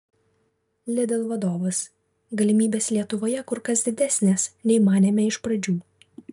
lidl vadovas galimybės lietuvoje kur kas didesnės nei manėme iš pradžių